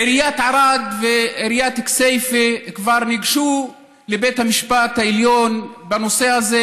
עיריית ערד ועיריית כסייפה כבר ניגשו לבית המשפט העליון בנושא הזה,